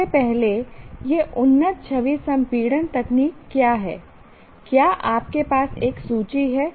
सबसे पहले ये उन्नत छवि संपीड़न तकनीक क्या हैं क्या आपके पास एक सूची है